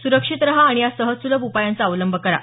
सुरक्षित रहा आणि या सहज सुलभ उपायांचा अवलंब करा